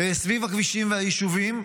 הכבישים והיישובים,